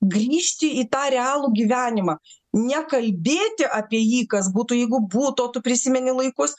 grįžti į tą realų gyvenimą nekalbėti apie jį kas būtų jeigu būtų o tu prisimeni laikus